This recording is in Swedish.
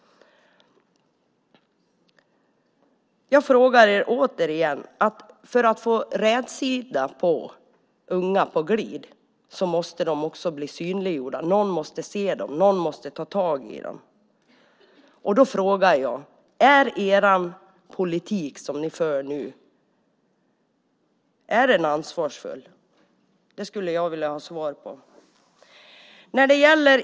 För att få rätsida på unga på glid måste de bli synliggjorda. Någon måste se dem. Någon måste ta tag i dem. Är den politik som ni för nu ansvarsfull? Det skulle jag vilja ha svar på.